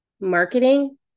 marketing